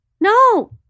No